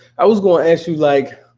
i was gonna ask you, like,